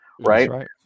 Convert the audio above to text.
right